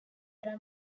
there